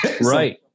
Right